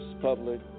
public